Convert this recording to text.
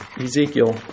Ezekiel